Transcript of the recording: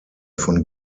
von